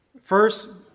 First